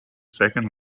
second